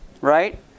Right